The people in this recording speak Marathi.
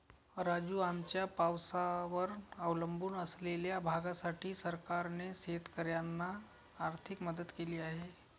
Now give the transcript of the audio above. राजू, आमच्या पावसावर अवलंबून असलेल्या भागासाठी सरकारने शेतकऱ्यांना आर्थिक मदत केली आहे